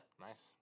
Nice